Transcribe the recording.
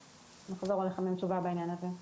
ונחזור אליכם עם תשובה בעניין הזה.